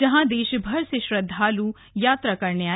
जहां देशभर से श्रद्धालुओं यात्रा करने आए